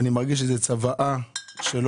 אני מרגיש שזו צוואה שלו.